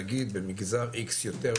נגיד במגזר X יותר,